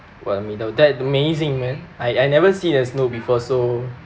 that amazing man I I never see a snow before so